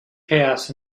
chaos